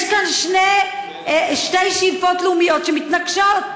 יש כאן שתי שאיפות לאומיות שמתנגשות.